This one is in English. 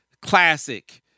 classic